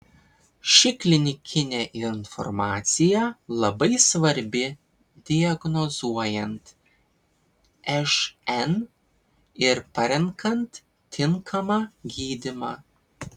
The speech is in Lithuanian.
ši klinikinė informacija labai svarbi diagnozuojant šn ir parenkant tinkamą gydymą